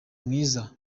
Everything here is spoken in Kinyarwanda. mwiza